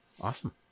Awesome